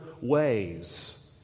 ways